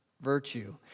Virtue